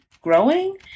growing